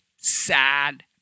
sad